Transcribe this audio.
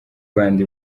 rwanda